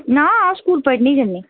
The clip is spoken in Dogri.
ना अस स्कूल पढनें गी जन्ने